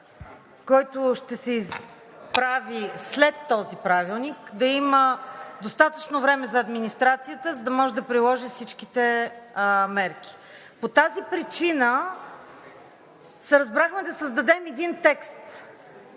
който ще се прави след този правилник, да има достатъчно време за администрацията, за да може да приложи всичките мерки. По тази причина се разбрахме да създадем един текст,